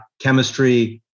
chemistry